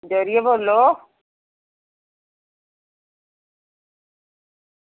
जोरियै बोल्लो